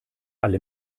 alle